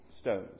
stones